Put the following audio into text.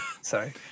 Sorry